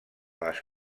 les